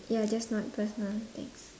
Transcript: ya just not personal things